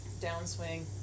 downswing